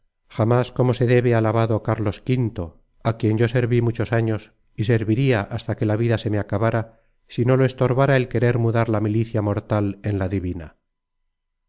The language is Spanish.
jamas como se debe alabado cárlos quinto á quien yo serví muchos años y serviria hasta que la vida se me acabara si no lo estorbara el querer mudar la milicia mortal en la divina